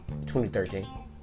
2013